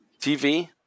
TV